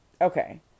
okay